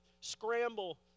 scramble